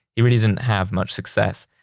it really didn't have much success.